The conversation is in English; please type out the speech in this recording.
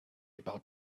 about